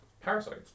parasites